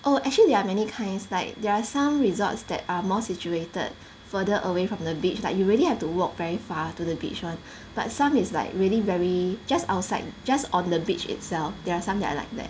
oh actually there are many kinds like there are some resorts that are more situated further away from the beach like you really have to walk very far to the beach [one] but some is like really very just outside just on the beach itself there are some that are like that